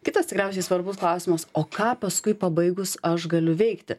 kitas tikriausiai svarbus klausimas o ką paskui pabaigus aš galiu veikti